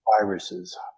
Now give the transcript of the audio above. viruses